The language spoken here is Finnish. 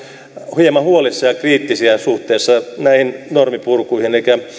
hieman huolissaan ja kriittisiä suhteessa näihin normien purkuihin elikkä